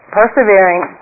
persevering